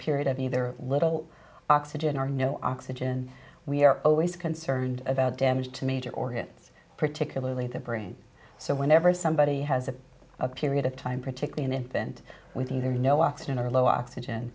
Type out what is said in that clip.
period of either little oxygen are no oxygen we are always concerned about damage to major organs particularly the brain so whenever somebody has a period of time particularly in bend with either no oxygen or low oxygen